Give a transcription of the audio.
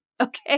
Okay